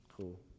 Cool